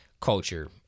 culture